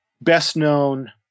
best-known